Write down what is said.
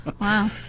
Wow